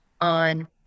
on